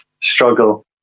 struggle